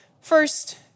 First